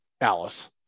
Alice